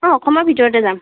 অ' অসমৰ ভিতৰতে যাম